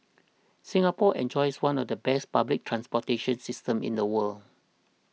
Singapore enjoys one of the best public transportation systems in the world